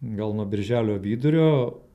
gal nuo birželio vidurio